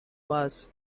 was